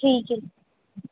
ਠੀਕ ਹੈ